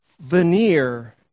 veneer